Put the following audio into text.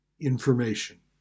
information